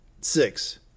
Six